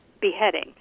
beheading